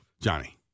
Johnny